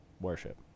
worship